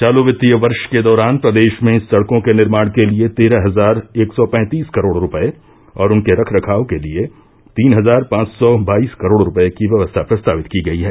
चालू वित्तीय वर्श के दौरान प्रदेष में सड़कों के निर्माण के लिये तेरह हजार एक सौ पैंतीस करोड़ रूपये और उनके रख रखाव के लिये तीन हजार पांच सौ बाईस करोड़ रूपये की व्यवस्था प्रस्तावित की गई है